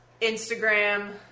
Instagram